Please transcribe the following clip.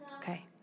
Okay